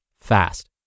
fast